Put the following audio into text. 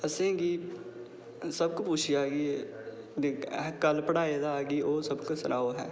असेंगी सबक पुच्छेआ कि कल्ल पढ़ाए दा की ओह् सबक सनाओ के